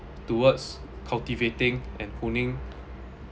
towards cultivating and pruning